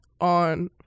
on